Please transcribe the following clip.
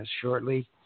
shortly